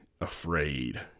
afraid